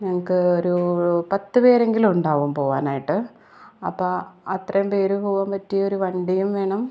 ഞങ്ങൾക്ക് ഒരു പത്ത് പേരെങ്കിലും ഉണ്ടാവും പോവാനായിട്ട് അപ്പോൾ അത്രയും പേര് പോവാൻ പറ്റിയ ഒരു വണ്ടിയും വേണം